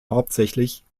hauptsächlich